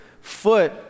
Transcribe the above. foot